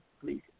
please